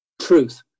truth